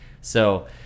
So-